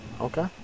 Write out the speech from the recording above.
Okay